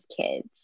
kids